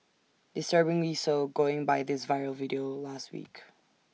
disturbingly so going by this viral video last week